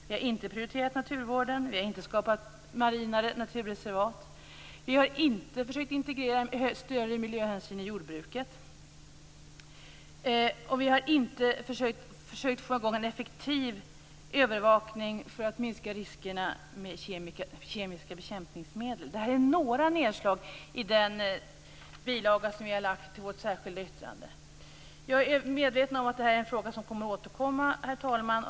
Vi har inte prioriterat naturvården. Vi har inte skapat marina naturreservat. Vi har inte försökt att integrera större miljöhänsyn i jordbruket. Vi har inte försökt att få i gång en effektiv övervakning för att minska riskerna med kemiska bekämpningsmedel. Det är några nedslag i den bilaga som vi i Miljöpartiet har lagt till vårt särskilda yttrande. Herr talman! Jag är medveten om att detta är en fråga som återkommer.